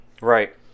Right